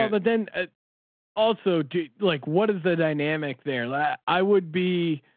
ah but then ah also do like, what is the dynamic there that i would be,